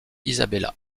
isabella